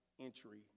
entry